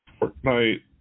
Fortnite